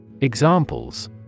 Examples